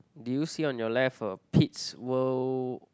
did you see on your left a Pits World